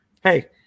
hey